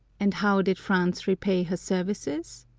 and how did france repay her services?